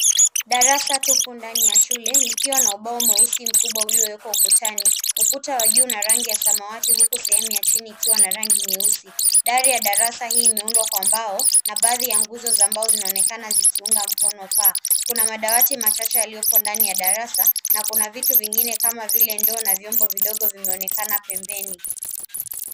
Darasa la shule lipo chini ya paa, likiwa na sakafu isiyo mkunjo iliyotengenezwa kwa kutanwa. Ukuta wa juu umechorwa kwa rangi ya samawati huku sakafu ikiwa na rangi nyeusi. Dari la darasa limeundwa kwa mbao, na baadhi ya nguzo za mbao zinaonekana zikisaidia kuinua paa. Kuna madawati machache kwenye darasa, na kuna vifaa vingine vidogo kama vile endo na vyombo vikionekana pembeni.